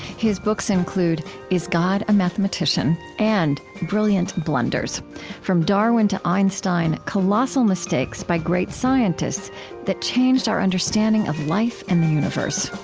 his books include is god a mathematician? and brilliant blunders from darwin to einstein colossal mistakes by great scientists that changed our understanding of life and the universe